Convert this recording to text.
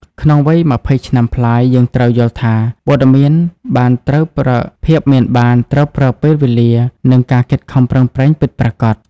ក្នុងវ័យ ២០ ឆ្នាំប្លាយ យើងត្រូវយល់ថា "ភាពមានបានត្រូវប្រើពេលវេលា" និងការខិតខំប្រឹងប្រែងពិតប្រាកដ។